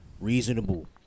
Reasonable